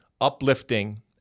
uplifting